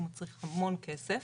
הוא מצריך המון כסף